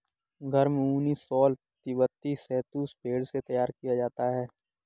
गर्म ऊनी शॉल तिब्बती शहतूश भेड़ से तैयार किया जाता है